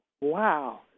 Wow